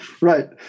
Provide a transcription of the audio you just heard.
Right